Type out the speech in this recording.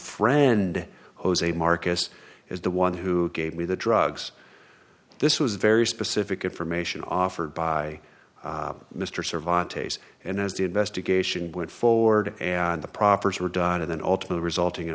friend jose marcus is the one who gave me the drugs this was very specific information offered by mr survive and as the investigation went forward and the properties were done and then ultimately resulting in